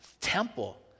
temple